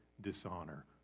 dishonor